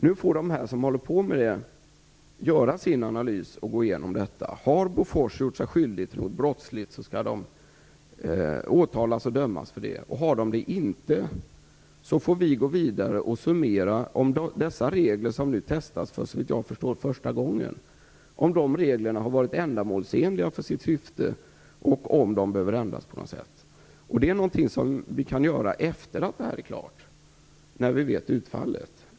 Nu får de som håller på med detta gå igenom det och göra sin analys. Har Bofors gjort sig skyldigt till något brottsligt skall man åtalas och dömas för det. Har man det inte får vi gå vidare och summera om dessa regler, som såvitt jag förstår nu testas för första gången, har varit ändamålsenliga för sitt syfte och om de behöver ändras på något sätt. Det kan vi göra när vi vet utfallet.